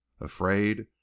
afraid